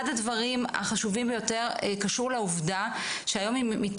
אחד הדברים החשובים ביותר קשור לעובדה שהיום בארבעה